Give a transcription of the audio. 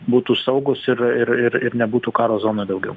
būtų saugūs ir ir ir ir nebūtų karo zonoj daugiau